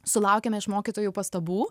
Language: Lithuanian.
sulaukėme iš mokytojų pastabų